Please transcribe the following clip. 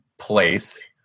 place